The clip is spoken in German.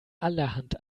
allerhand